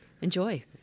Enjoy